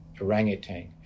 orangutan